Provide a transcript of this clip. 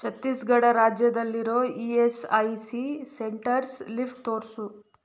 ಛತ್ತೀಸ್ಗಢ ರಾಜ್ಯದಲ್ಲಿರೋ E S I C centres list ತೋರಿಸು